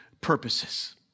purposes